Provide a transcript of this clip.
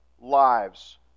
lives